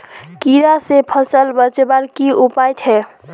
कीड़ा से फसल बचवार की उपाय छे?